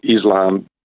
Islam